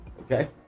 Okay